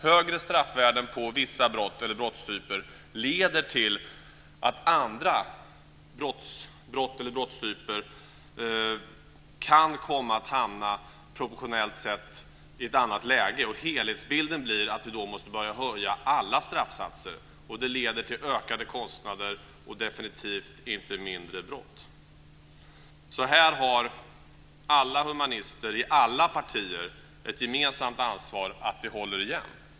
Högre straffvärden för vissa brott eller brottstyper leder till att andra brott eller brottstyper kan komma att hamna proportionellt sett i ett annat läge. Helhetsbilden blir att vi då måste börja öka alla straffsatser. Det leder till ökade kostnader och definitivt inte till mindre brott. Här har alla humanister i alla partier ett gemensamt ansvar för att vi håller igen.